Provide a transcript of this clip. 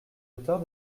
auteurs